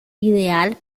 ideal